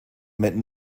meant